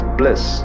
bliss